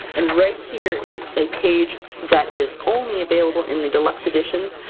and right here is a page that is only available in the deluxe editions,